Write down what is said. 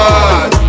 God